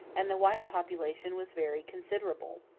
and the white population was very considerable.